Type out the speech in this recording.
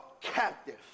captive